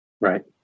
Right